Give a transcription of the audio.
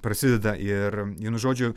prasideda ir vienu žodžiu